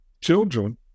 Children